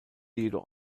jedoch